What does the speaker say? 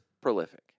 prolific